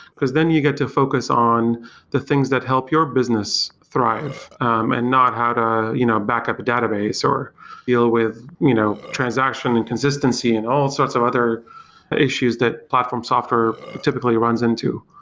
because then you get to focus on the things that help your business thrive um and not how to you know backup database or deal with you know transaction and consistency and all sorts of other issues that platform software typically runs into.